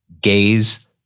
gaze